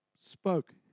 spoke